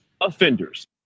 offenders